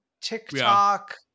TikTok